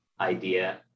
idea